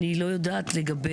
אני לא יודעת לגבי